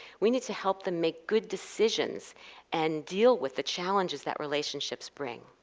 we need to help them make good decisions and deal with the challenges that relationships bring.